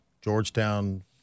georgetown